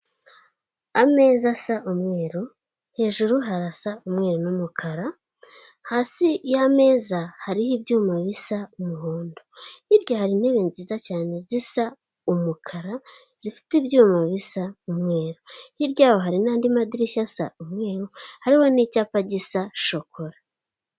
Ameza asa umweru hejuru harasa umweru n'umukara hasi y'ameza hariho ibyuma bisa umuhondo hirya hari intebe nziza cyane zisa umukara zifite ibyuma bisa umweru hirya yaho hari n'andi madirishya asa umweru hariho n'icyapa gisa shokora.